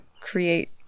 create